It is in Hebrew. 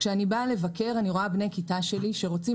כשאני באה לבקר אני רואה בני כיתה שלי שרוצים